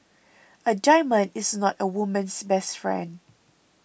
a diamond is not a woman's best friend